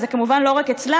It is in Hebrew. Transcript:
וזה כמובן לא רק אצלם,